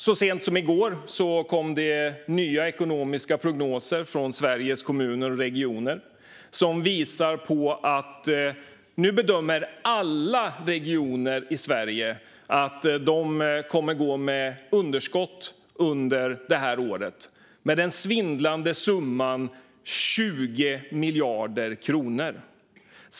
Så sent som i går kom det nya ekonomiska prognoser från Sveriges Kommuner och Regioner som visar på att alla regioner i Sverige nu bedömer att de kommer att gå med underskott under det här året, till den svindlande summan 20 miljarder kronor.